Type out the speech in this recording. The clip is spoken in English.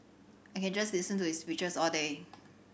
I can just listen to his speeches all day